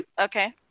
Okay